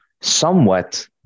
somewhat